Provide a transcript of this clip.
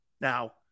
Now